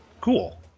cool